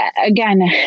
again